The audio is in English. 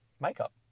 makeup